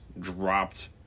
dropped